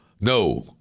no